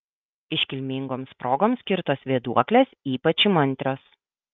iškilmingoms progoms skirtos vėduoklės ypač įmantrios